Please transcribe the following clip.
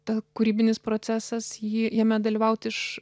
ta kūrybinis procesas jį jame dalyvaut iš